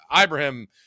Ibrahim